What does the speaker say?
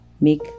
make